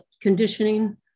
conditioning